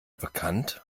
bekannt